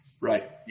Right